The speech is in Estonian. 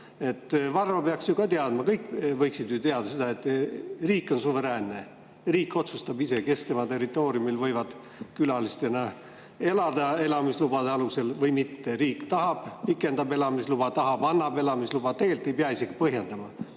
Varro peaks ju ka teadma, kõik võiksid teada seda, et riik on suveräänne. Riik otsustab ise, kes tema territooriumil võivad külalistena elada elamisloa alusel ja kes mitte. Kui riik tahab, siis pikendab elamisluba, kui tahab, siis annab elamisloa, tegelikult ei pea isegi põhjendama.